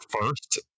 first